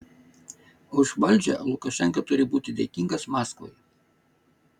už valdžią lukašenka turi būti dėkingas maskvai